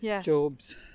jobs